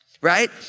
right